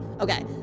Okay